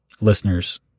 listeners